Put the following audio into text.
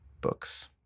Books